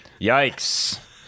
Yikes